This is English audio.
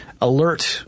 alert